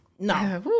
No